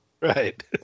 right